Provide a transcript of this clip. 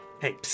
hey